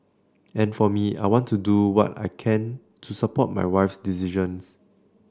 and for me I want to do what I can to support my wife decisions